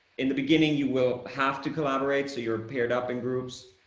in the beginning, you will have to collaborate, so you're paired up in groups.